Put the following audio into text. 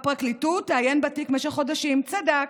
הפרקליטות תעיין בתיק במשך חודשים, צדק,